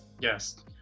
yes